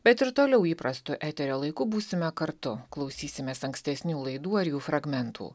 bet ir toliau įprastu eterio laiku būsime kartu klausysimės ankstesnių laidų ar jų fragmentų